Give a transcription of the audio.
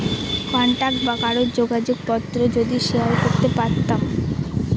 contact বা কারোর যোগাযোগ পত্র যদি শেয়ার করতে পারতাম